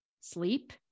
sleep